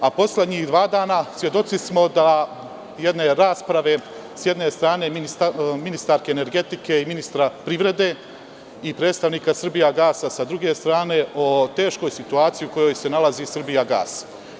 Poslednja dva dana svedoci smo jedne rasprave između ministarke energetike, s jedne strane, i ministra privrede, i predstavnika „Srbijagasa“ sa druge strane o teškoj situaciji u kojoj se nalazi „Srbijagas“